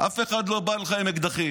אף אחד לא בא אליך עם אקדחים.